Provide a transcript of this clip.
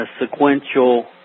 sequential